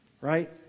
right